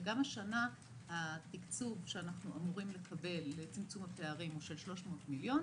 וגם השנה התקצוב שאנחנו אמורים לקבל לצמצום הפערים הוא של 300 מיליון,